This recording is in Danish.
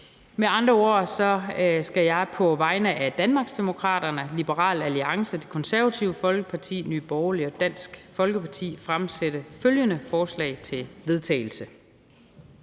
Med andre ord skal jeg på vegne af Danmarksdemokraterne, Liberal Alliance, Det Konservative Folkeparti, Nye Borgerlige og Dansk Folkeparti fremsætte følgende forslag til vedtagelse: